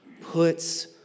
puts